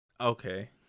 Okay